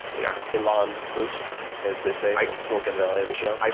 yeah. elon musk as they say in silicon valley the show.